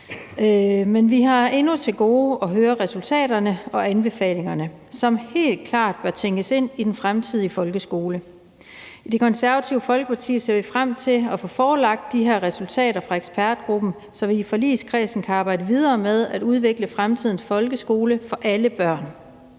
Men vi har endnu til gode at høre resultaterne og anbefalingerne, som helt klart bør tænkes ind i den fremtidige folkeskole. I Det Konservative Folkeparti ser vi frem til at få forelagt de her resultater fra ekspertgruppen, så vi i forligskredsen kan arbejde videre med at udvikle fremtidens folkeskole for alle børn.